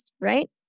right